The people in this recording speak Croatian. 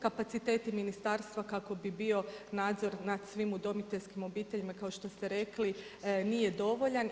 Kapaciteti ministarstva kako bi bio nadzor nad svim udomiteljskim obiteljima kao što ste rekli nije dovoljan.